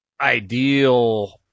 ideal